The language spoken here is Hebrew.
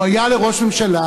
הוא היה לראש ממשלה,